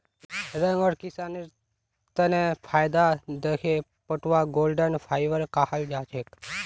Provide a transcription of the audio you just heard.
रंग आर किसानेर तने फायदा दखे पटवाक गोल्डन फाइवर कहाल जाछेक